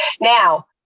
now